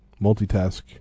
multitask